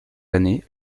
années